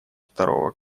второго